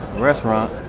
restaurant